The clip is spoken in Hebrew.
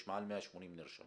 יש מעל 180 נרשמים